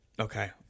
Okay